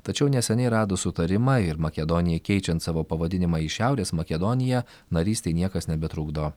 tačiau neseniai rado sutarimą ir makedonijai keičiant savo pavadinimą į šiaurės makedoniją narystei niekas nebetrukdo